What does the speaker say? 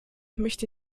möchte